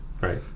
Right